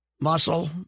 muscle